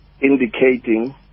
indicating